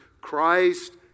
Christ